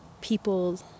people